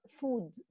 food